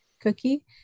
cookie